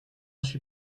suis